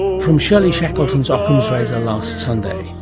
from shirley shackleton's ockham's razor last sunday,